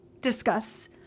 discuss